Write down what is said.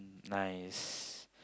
nice